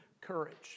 courage